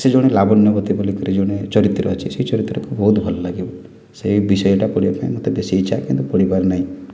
ସେ ଜଣେ ଲାବନ୍ୟବତୀ ବୋଲି କରି ଜଣେ ଚରିତ୍ର ଅଛି ସେଇ ଚରିତ୍ରକୁ ବହୁତ ଭଲ ଲାଗେ ସେଇ ବିଷୟଟା ପଢ଼ିବାପାଇଁ ମୋତେ ବେଶି ଇଚ୍ଛା କିନ୍ତୁ ପଢ଼ିପାରେ ନାହିଁ